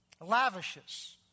lavishes